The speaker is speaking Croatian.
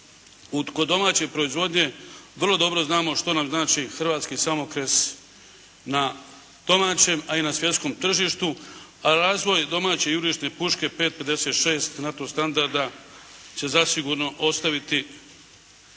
kod domaće proizvodnje vrlo dobro znamo što nam znači hrvatski samokrijes, na domaćem a i na svjetskom tržištu. A razvoj domaće jurišne puške 5 56 NATO standarda će zasigurno ostaviti